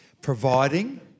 Providing